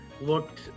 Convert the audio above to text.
looked